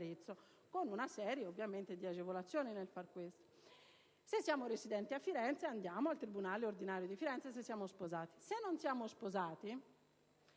Grazie